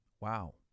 wow